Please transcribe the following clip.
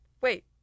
Wait